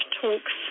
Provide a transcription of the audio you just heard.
talks